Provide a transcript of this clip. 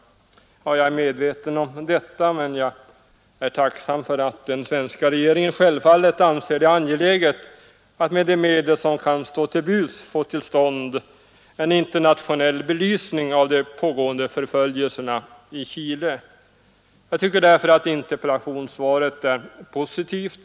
Jag är medveten om detta, men jag är tacksam för att den svenska regeringen självfallet anser det angeläget att med de medel som kan stå till buds få till stånd en internationell belysning av de pågående förföljelserna i Chile. Jag tycker därför att interpellationssvaret är positivt.